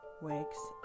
Wakes